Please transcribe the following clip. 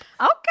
okay